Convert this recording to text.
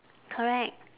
correct